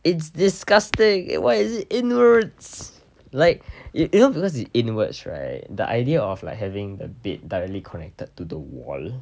it's disgusting why is it inwards like it you know because it's inwards right the idea of like having the bed directly connected to the wall